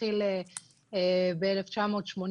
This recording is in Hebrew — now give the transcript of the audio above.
שהתחיל ב-1989.